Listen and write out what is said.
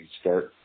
start –